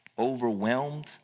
overwhelmed